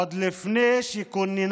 עוד לפני שכוננה